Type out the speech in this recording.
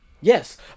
Yes